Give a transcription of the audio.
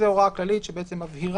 זו הוראה כללית שמבהירה.